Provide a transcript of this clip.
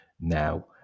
now